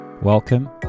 Welcome